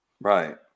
Right